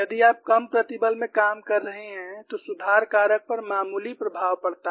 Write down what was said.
यदि आप कम प्रतिबल में काम कर रहे हैं तो सुधार कारक पर मामूली प्रभाव पड़ता है